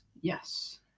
Yes